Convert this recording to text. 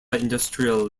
industrial